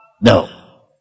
No